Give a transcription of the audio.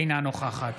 אינה נוכחת